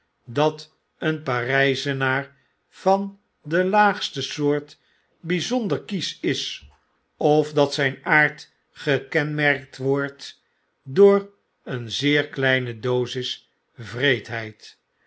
dat een parjjzenaar van de laagste soort bjjzonder kiesch is of dat zfin aard gekenmerkt wordt door een zeer kleine dozis